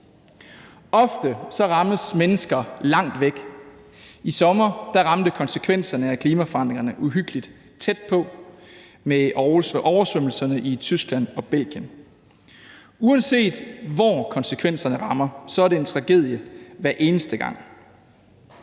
Ofte rammes mennesker langt væk. I sommer ramte konsekvenserne af klimaforandringerne uhyggelig tæt på med oversvømmelserne i Tyskland og Belgien. Uanset hvor konsekvenserne rammer, er det en tragedie hver eneste gang.